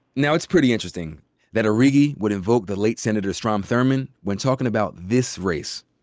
now, it's pretty interesting that arrighi would invoke the late senator strom thurmond when talkin' about this race.